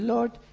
Lord